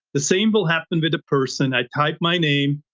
the same will happen with the person, i type my name,